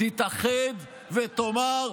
תתאחד ותאמר: